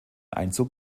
einzug